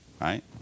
right